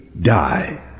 die